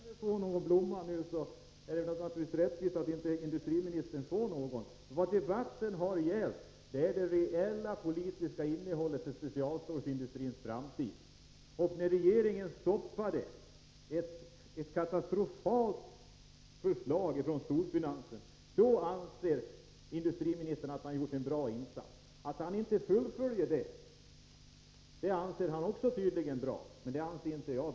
Herr talman! Eftersom inte jag får någon blomma, är det naturligtvis rättvist att inte heller industriministern får någon. Debatten har gällt det reella politiska innehållet i den framtida specialstålsindustrin. Industriministern anser att han gjorde en bra insats när han stoppade ett katastrofalt förslag från storfinansen. Att han inte fullföljde detta anser han tydligen också vara bra. Det anser inte jag.